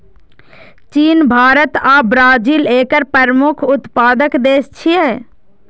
चीन, भारत आ ब्राजील एकर प्रमुख उत्पादक देश छियै